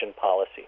policy